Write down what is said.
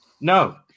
no